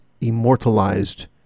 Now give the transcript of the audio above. immortalized